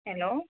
hello